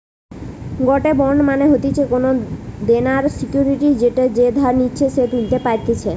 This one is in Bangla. গটে বন্ড মানে হতিছে কোনো দেনার সিকুইরিটি যেটা যে ধার নিচ্ছে সে তুলতে পারতেছে